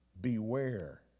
beware